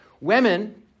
women